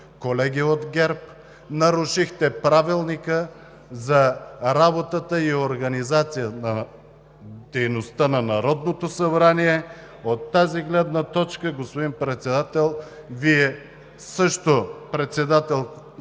Колеги от ГЕРБ, нарушихте Правилника за организацията и дейността на Народното събрание! От тази гледна точка, господин Председател, Вие също, председателствайки